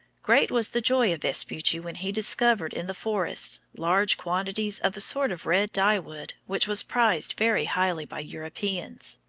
great was the joy of vespucci when he discovered in the forests large quantities of a sort of red dyewood which was prized very highly by europeans.